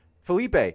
Felipe